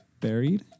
Buried